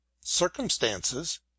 Circumstances